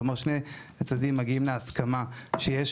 כלומר שני הצדדים מגיעים להסכמה שיש